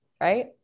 right